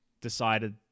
decided